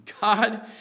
God